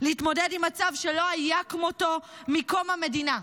להתמודד עם מצב שלא היה כמותו מקום המדינה,